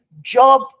job